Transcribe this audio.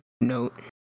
note